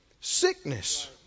sickness